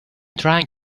trying